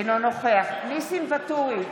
אינו נוכח ניסים ואטורי,